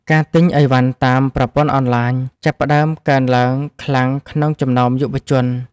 ការទិញឥវ៉ាន់តាមប្រព័ន្ធអនឡាញ ចាប់ផ្ដើមកើនឡើងខ្លាំងក្នុងចំណោមយុវជន។